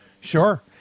Sure